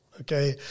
okay